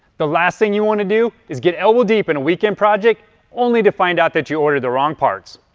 the last thing you'll want to do is get elbow deep in a weekend project only to find out that you ordered the wrong parts.